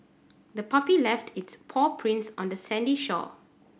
the puppy left its paw prints on the sandy shore